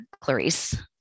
Clarice